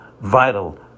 vital